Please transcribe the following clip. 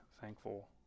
thankful